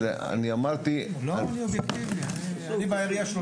אמרתי את זה משום